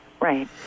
right